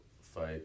fight